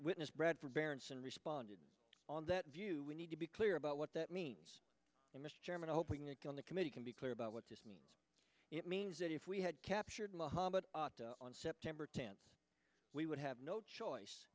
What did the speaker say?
witness read for parents and responded on that view we need to be clear about what that means and mr chairman hoping again the committee can be clear about what this means it means that if we had captured muhammad on september tenth we would have no choice